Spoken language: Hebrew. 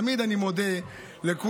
תמיד אני מודה לכולם,